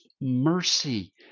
mercy